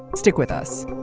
stick with us